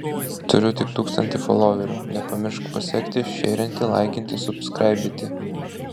turiu tik tūkstantį foloverių nepamiršk pasekti šėrinti laikinti subskraibiti